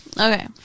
Okay